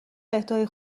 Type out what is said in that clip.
اهدای